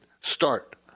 start